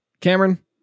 Cameron